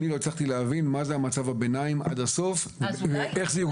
לא הצלחתי להבין עד הסוף מה זה מצב הביניים ואיך הוא יוגדר.